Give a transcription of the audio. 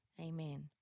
Amen